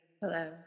Hello